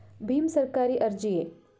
ಭೀಮ್ ಸರ್ಕಾರಿ ಅರ್ಜಿಯೇ?